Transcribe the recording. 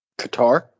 qatar